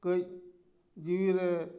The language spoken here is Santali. ᱠᱟᱹᱡ ᱡᱤᱣᱤ ᱨᱮ